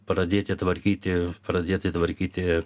pradėti tvarkyti pradėtai tvarkyti